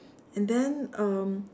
and then um